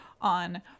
on